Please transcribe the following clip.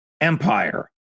empire